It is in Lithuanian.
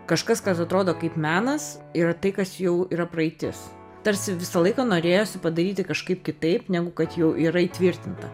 kažkas kas atrodo kaip menas yra tai kas jau yra praeitis tarsi visą laiką norėjosi padaryti kažkaip kitaip negu kad jau yra įtvirtinta